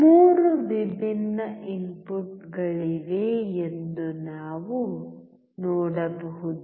3 ವಿಭಿನ್ನ ಇನ್ಪುಟ್ಗಳಿವೆ ಎಂದು ನಾವು ನೋಡಬಹುದು